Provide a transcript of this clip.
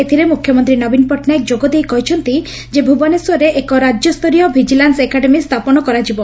ଏଥିରେ ମୁଖ୍ୟମନ୍ତୀ ନବୀନ ପଟ୍ଟନାୟକ ଯୋଗଦେଇ କହିଛନ୍ତି ଯେ ଭୁବନେଶ୍ୱରରେ ଏକ ରାଜ୍ୟସ୍ତରୀୟ ଭିକିଲାନ୍ୱ ଏକାଡେମୀ ସ୍ରାପନ କରାଯିବ